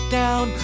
down